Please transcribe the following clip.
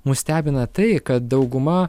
mus stebina tai kad dauguma